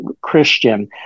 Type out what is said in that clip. Christian